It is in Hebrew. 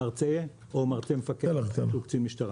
מרצה או מרצה מפקח שהוא קצין משטרה.